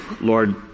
Lord